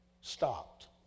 stopped